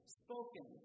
spoken